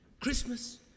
Christmas